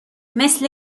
مثل